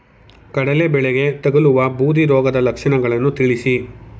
ಕಡಲೆ ಬೆಳೆಗೆ ತಗಲುವ ಬೂದಿ ರೋಗದ ಲಕ್ಷಣಗಳನ್ನು ತಿಳಿಸಿ?